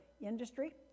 industry